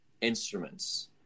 instruments